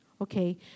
okay